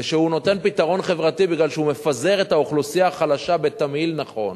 ושהוא נותן פתרון חברתי כי הוא מפזר את האוכלוסייה החלשה בתמהיל נכון.